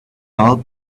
pearl